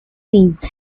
seeds